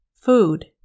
Food